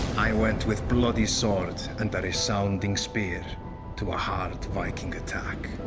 i went with bloody sword and that a resounding spear to a hard viking attack.